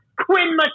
Quinn